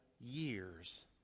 years